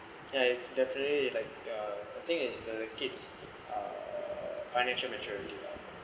yeah it's definitely like uh the thing is the kids' err financial maturity lah